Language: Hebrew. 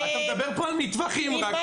אתה מדבר פה על מטווחים רק,